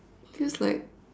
feels like